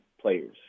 players